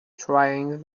trying